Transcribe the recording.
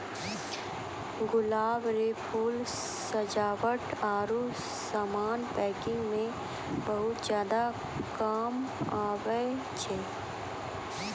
गुलाब रो फूल सजावट आरु समान पैकिंग मे बहुत ज्यादा काम आबै छै